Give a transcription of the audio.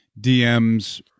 DMs